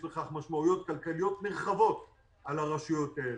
יש לכך משמעויות כלכליות נרחבות על הרשויות האלה.